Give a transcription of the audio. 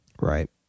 Right